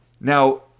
Now